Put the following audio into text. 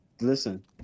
Listen